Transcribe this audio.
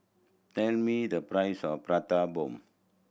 tell me the price of Prata Bomb